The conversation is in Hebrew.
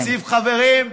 אז זה תקציב, חברים?